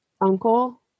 Uncle